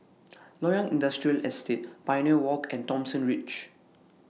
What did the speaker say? Loyang Industrial Estate Pioneer Walk and Thomson Ridge